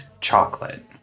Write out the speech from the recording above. chocolate